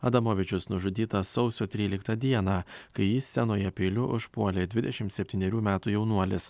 adamovičius nužudytas sausio tryliktą dieną kai jį scenoje peiliu užpuolė dvidešim septynerių metų jaunuolis